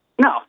No